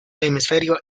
hemisferio